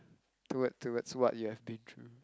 toward towards what you have been through